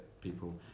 people